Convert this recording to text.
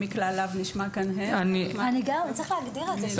צריך להגדיר את זה.